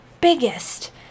biggest